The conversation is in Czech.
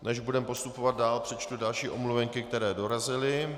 Než budeme postupovat dál, přečtu další omluvenky, které dorazily.